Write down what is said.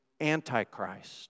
Antichrist